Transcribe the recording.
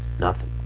nothing.